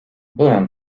byłem